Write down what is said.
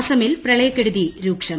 അസമിൽ പ്രളയക്കെടുതി രൂക്ഷം